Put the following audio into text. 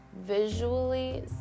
visually